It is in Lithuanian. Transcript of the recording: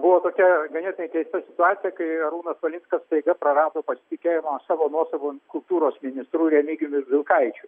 buvo tokia ganėtinai keista situacija kai arūnas valinskas staiga prarado pasitikėjimą savo nuosavu kultūros ministru remigijumi vilkaičiu